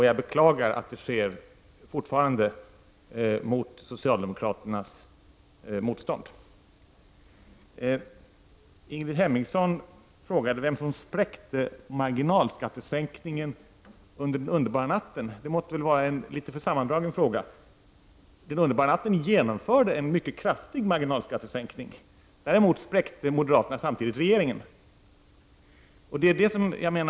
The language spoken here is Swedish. Jag beklagar att det sker med socialdemokraternas motstånd. Ingrid Hemmingsson frågade vem som spräckte marginalskattesänkningen under den s.k. underbara natten. Detta måtte väl vara en alltför sammandragen fråga. Under den s.k. underbara natten genomfördes en mycket kraftig marginalskattesänkning. Däremot spräckte moderaterna vid det tillfället regeringen.